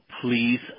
please